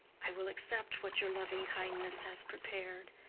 i will accept what your loving kindness has prepared,